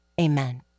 amen